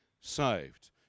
saved